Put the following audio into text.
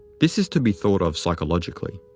this is to be thought of psychologically.